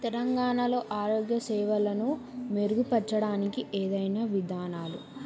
తెలంగాణలో ఆరోగ్య సేవలను మెరుగుపరచడానికి ఏవైనా విధానాలు